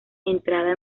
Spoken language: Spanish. entrada